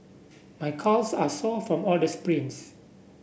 my calves are sore from all the sprints